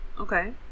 Okay